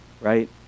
right